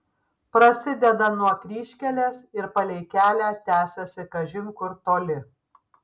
prasideda nuo kryžkelės ir palei kelią tęsiasi kažin kur toli